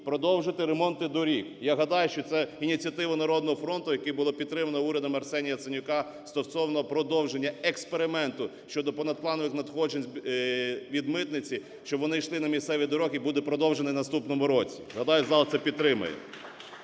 продовжити ремонти доріг. Я гадаю, що це ініціатива "Народного фронту", яку було підтримано урядом Арсенія Яценюка, стосовно продовження експерименту щодо понадпланових надходжень від митниці, щоб вони йшли на місцеві дороги, і буде продовжено в наступному році. Гадаю, зал це підтримає.